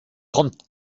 kommt